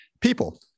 People